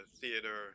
theater